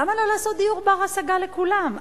למה לא לעשות דיור בר-השגה לכולם?